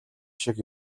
шиг